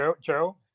Joe